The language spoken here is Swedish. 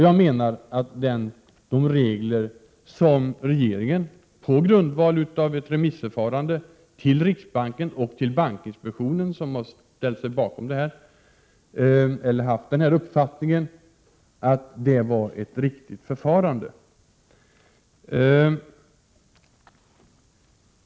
Jag menar att de regler som regeringen infört, på grundval av ett remissförande där riksbanken och bankinspektionen visade sig ha denna uppfattning, är riktiga och att tillvägagångssättet varit det rätta.